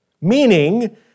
meaning